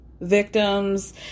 victims